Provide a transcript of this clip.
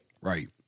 Right